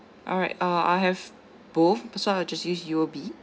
alright uh I have both I'll just use U_O_B